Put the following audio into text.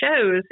shows